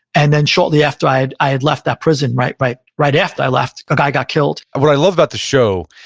and then shortly after i had i had left that prison, right right after i left, a guy got killed what i love about the show,